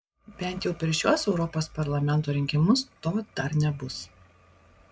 bent jau per šiuos europos parlamento rinkimus to dar nebus